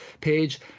page